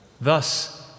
Thus